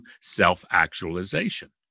self-actualization